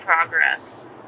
progress